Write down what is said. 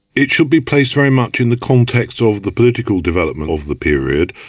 it should be placed very much in the context of the political development of the period.